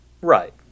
Right